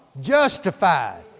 justified